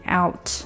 out